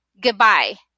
goodbye